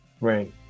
Right